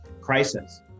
crisis